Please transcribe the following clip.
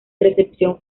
recepción